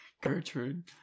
Gertrude